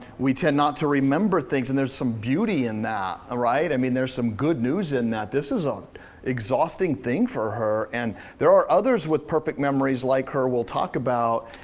we tend not to remember things, and there's some beauty in that, ah right? i mean, there's some good news in that. this is an um exhausting thing for her, and there are others with perfect memories like her, we'll talk about,